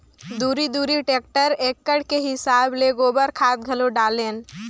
दूरी दूरी टेक्टर एकड़ के हिसाब ले गोबर खाद घलो डालेन